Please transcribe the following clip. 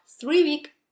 three-week